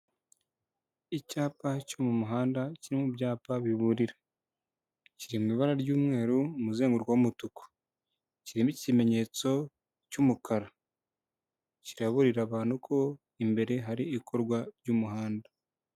Icyapa cyo mu muhanda kiri mu byapa biburira. Kiri mu ibara ry'umweru umuzenguruko w'umutuku kirimo ikimenyetso cy'umukara kiraburira abantu ko imbere hari ikorwa ry'umuhanda.